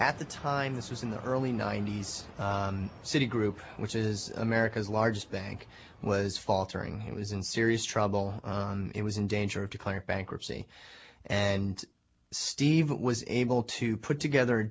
at the time this was in the early ninety's citi group which is america's largest bank was faltering he was in serious trouble it was in danger of declared bankruptcy and steve was able to put together a